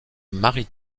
marie